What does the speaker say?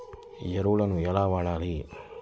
ఎరువులను ఎలా వాడాలి?